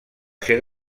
ser